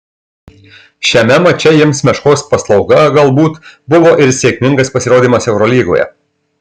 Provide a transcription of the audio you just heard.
šiame mače jiems meškos paslauga galbūt buvo ir sėkmingas pasirodymas eurolygoje